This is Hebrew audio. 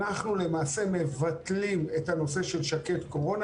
אנחנו למעשה מבטלים את הנושא של שק"ד קורונה